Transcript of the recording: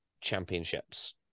Championships